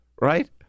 right